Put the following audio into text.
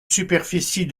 superficie